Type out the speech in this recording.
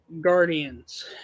Guardians